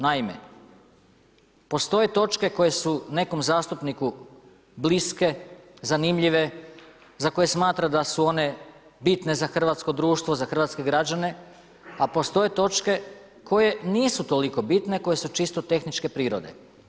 Naime, postoje točke koje su nekom zastupniku bliske, zanimljive za koje smatra da su one bitne za hrvatsko društvo, za hrvatske građane, a postoje točke koje nisu toliko bitne koje su čisto tehničke prirode.